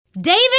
David